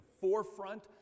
forefront